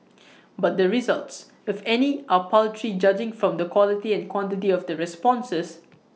but the results if any are paltry judging from the quality and quantity of the responses